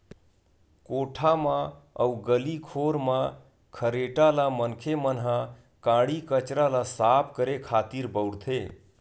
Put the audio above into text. कोठा म अउ गली खोर म खरेटा ल मनखे मन ह काड़ी कचरा ल साफ करे खातिर बउरथे